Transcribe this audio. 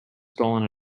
stolen